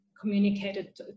communicated